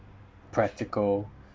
practical